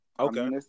Okay